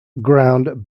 ground